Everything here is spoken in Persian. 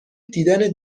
دیدن